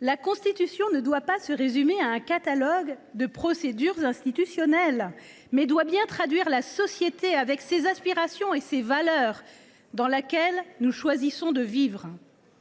La Constitution ne doit pas se résumer à un catalogue de procédures institutionnelles. Elle doit traduire la société dans laquelle nous choisissons de vivre,